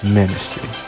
ministry